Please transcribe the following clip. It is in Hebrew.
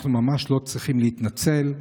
אנחנו ממש לא צריכים להתנצל.